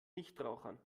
nichtrauchern